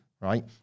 right